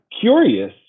curious